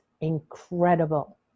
incredible